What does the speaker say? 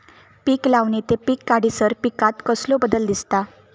पीक लावणी ते पीक काढीसर पिकांत कसलो बदल दिसता?